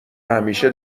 همیشه